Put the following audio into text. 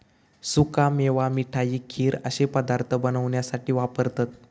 सुका मेवा मिठाई, खीर अश्ये पदार्थ बनवण्यासाठी वापरतत